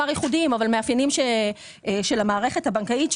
ייחודיים אבל מאפיינים של המערכת הבנקאית,